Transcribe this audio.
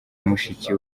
mushiki